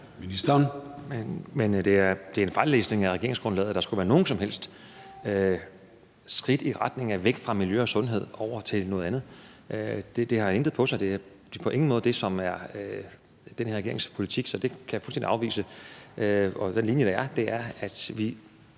Det er en fejllæsning af regeringsgrundlaget, at der skulle være nogen som helst skridt i retning væk fra miljø og sundhed og over til noget andet. Det har intet på sig. Det er på ingen måde det, som er den her regerings politik. Så det kan jeg fuldstændig afvise. Den linje, der er lagt – det har